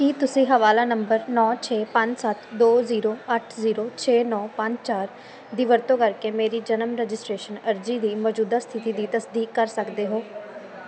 ਕੀ ਤੁਸੀਂ ਹਵਾਲਾ ਨੰਬਰ ਨੌਂ ਛੇ ਪੰਜ ਸੱਤ ਦੋ ਜ਼ੀਰੋ ਅੱਠ ਜ਼ੀਰੋ ਛੇ ਨੌਂ ਪੰਜ ਚਾਰ ਦੀ ਵਰਤੋਂ ਕਰਕੇ ਮੇਰੀ ਜਨਮ ਰਜਿਸਟ੍ਰੇਸ਼ਨ ਅਰਜ਼ੀ ਦੀ ਮੌਜੂਦਾ ਸਥਿਤੀ ਦੀ ਤਸਦੀਕ ਕਰ ਸਕਦੇ ਹੋ